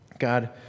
God